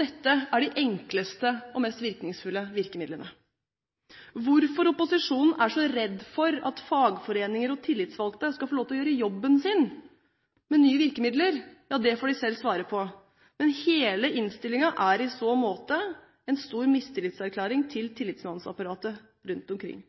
Dette er de enkleste og mest virkningsfulle virkemidlene. Hvorfor opposisjonen er så redd for at fagforeninger og tillitsvalgte skal få gjøre jobben sin med nye virkemidler, får de selv svare på. Hele innstillingen er i så måte en stor mistillitserklæring til tillitsmannsapparatet rundt omkring.